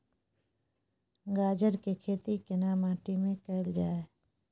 गाजर के खेती केना माटी में कैल जाए?